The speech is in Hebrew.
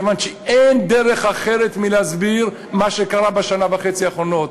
כיוון שאין דרך אחרת להסביר מה שקרה בשנה וחצי האחרונות.